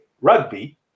rugby